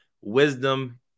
wisdom